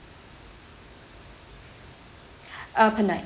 uh per night